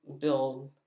build